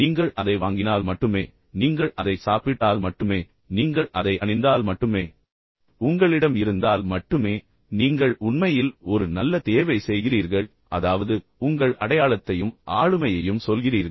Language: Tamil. நீங்கள் அதை வாங்கினால் மட்டுமே நீங்கள் அதை சாப்பிட்டால் மட்டுமே நீங்கள் அதை அணிந்தால் மட்டுமே உங்களிடம் இருந்தால் மட்டுமே நீங்கள் உண்மையில் ஒரு நல்ல தேர்வை செய்கிறீர்கள் அதாவது உங்கள் அடையாளத்தையும் ஆளுமையையும் சொல்கிறீர்கள்